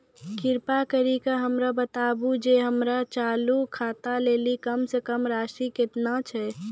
कृपा करि के हमरा बताबो जे हमरो चालू खाता लेली कम से कम राशि केतना छै?